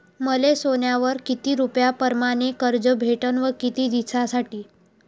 मले सोन्यावर किती रुपया परमाने कर्ज भेटन व किती दिसासाठी?